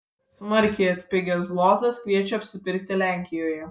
smarkiai atpigęs zlotas kviečia apsipirkti lenkijoje